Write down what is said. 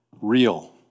real